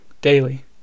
daily